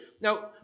Now